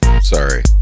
Sorry